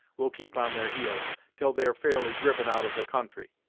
will keep on their heels til they're fairly driven out of the country.